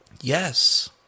yes